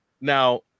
Now